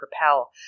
Propel